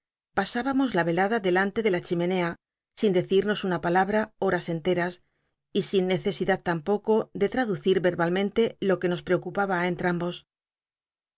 pasábamos la i'clad dclanlc de la chimenea sin decirnos una palabta horas cntc as y sin necesidad tampoco de traducir i'crbalmenle lo que nos preocupaba